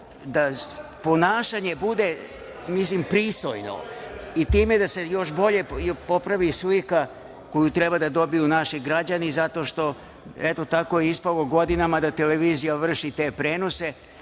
da ponašanje bude pristojno i time da se popravi slika koju treba da dobiju naši građani zato što, eto, tako je ispalo godinama da televizija vrši te prenose. Mislim